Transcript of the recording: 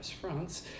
France